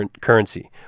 currency